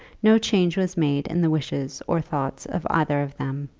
no change was made in the wishes or thoughts of either of them.